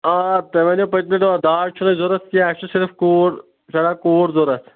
آ تُہۍ وَنیو پٔتۍمہِ دۄہ داج چھُنہٕ اَسہ ضوٚرَتھ کینہہ اَسہِ چھِ صرف کوٗر زرا کوٗر ضوٚرَتھ